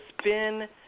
SPIN